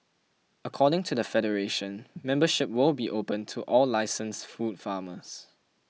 according to the federation membership will be opened to all licensed food farmers